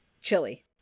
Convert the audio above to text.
Chili